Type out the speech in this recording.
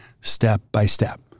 step-by-step